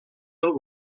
del